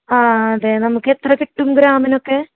ആ അതെ നമുക്കെത്ര കിട്ടും ഗ്രാമിനൊക്കെ